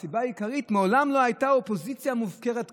הסיבה העיקרית: מעולם לא הייתה אופוזיציה מופקרת כזאת.